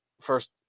first